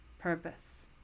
purpose